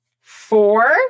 four